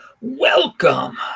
Welcome